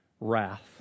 wrath